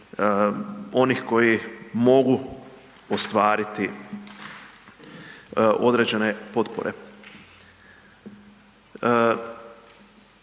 onih koji mogu ostvariti određene potpore.